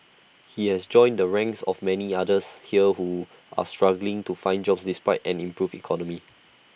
he has joined the ranks of many others here who are struggling to find jobs despite an improved economy